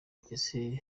mpyisi